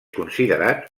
considerat